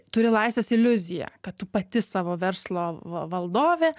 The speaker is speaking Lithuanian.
turi laisvės iliuziją kad tu pati savo verslo va valdovė